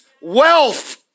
wealth